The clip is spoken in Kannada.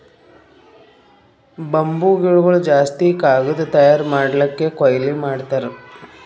ಬಂಬೂ ಗಿಡಗೊಳ್ ಜಾಸ್ತಿ ಕಾಗದ್ ತಯಾರ್ ಮಾಡ್ಲಕ್ಕೆ ಕೊಯ್ಲಿ ಮಾಡ್ತಾರ್